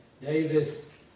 Davis